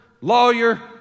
lawyer